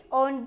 on